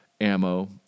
ammo